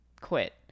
quit